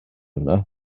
yna